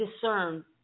discern